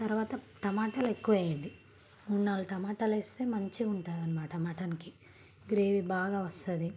తరువాత టమాటాలు ఎక్కువ వేయండి మూడు నాలుగు టమాటాలు వేస్తే మంచిగా ఉంటుందన్నమాట మటన్కి గ్రేవీ బాగా వస్తుంది